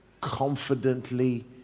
confidently